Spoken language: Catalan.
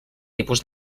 tipus